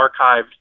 archived